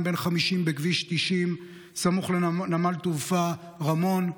בן 50 בכביש 90 סמוך לנמל התעופה רמון,